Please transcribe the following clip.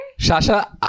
Shasha